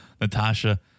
Natasha